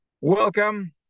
Welcome